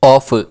off